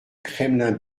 kremlin